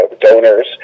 donors